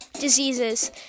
diseases